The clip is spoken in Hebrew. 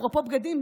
אפרופו בגדים.